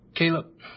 Caleb